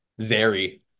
zary